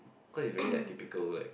cause is very like typical like